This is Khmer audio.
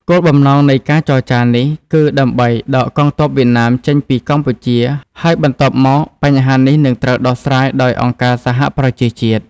គោលបំណងនៃការចរចានេះគឺដើម្បីដកកងទ័ពវៀតណាមចេញពីកម្ពុជា ហើយបន្ទាប់មកបញ្ហានេះនឹងត្រូវដោះស្រាយដោយអង្គការសហប្រជាជាតិ។